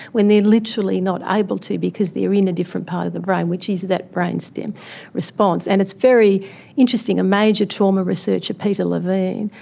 when they are literally not able to because they are in a different part of the brain which is that brain stem response. and it's very interesting, a major trauma researcher peter levine,